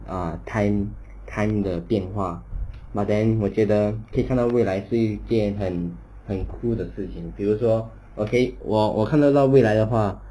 err time time 的变化 but then 我觉得可以看到未来是一件很很 cool 的事情比如说我可以我我看得到未来的话